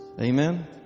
amen